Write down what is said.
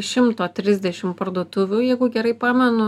šimto trisdešim parduotuvių jeigu gerai pamenu